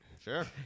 Sure